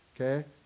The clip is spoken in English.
okay